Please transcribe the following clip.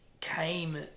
came